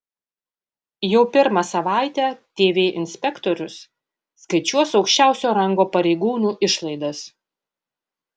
jau pirmą savaitę tv inspektorius skaičiuos aukščiausio rango pareigūnų išlaidas